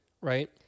Right